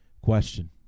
question